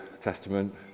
Testament